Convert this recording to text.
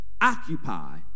Occupy